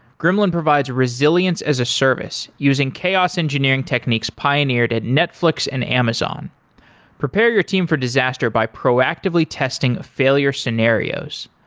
gremlin provides resilience as a service, using chaos engineering techniques pioneered at netflix and amazon prepare your team for disaster by proactively testing failure scenarios.